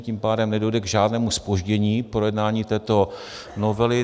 Tím pádem nedojde k žádnému zpoždění v projednání této novely.